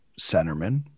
centerman